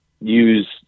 use